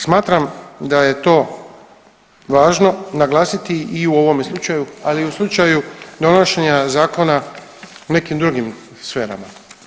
Smatram da je to važno naglasiti i u ovome slučaju, ali i u slučaju donošenja zakona u nekim drugim sferama.